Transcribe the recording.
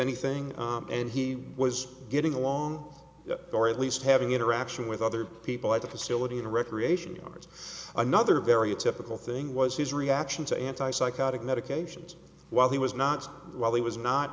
anything and he was getting along or at least having interaction with other people at the facility in a recreation others another very typical thing was his reaction to anti psychotic medications while he was not while he was not